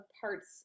parts